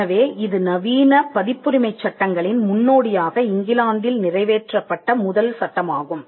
எனவே இது நவீன பதிப்புரிமை சட்டங்களின் முன்னோடியாக இங்கிலாந்தில் நிறைவேற்றப்பட்ட முதல் சட்டமாகும்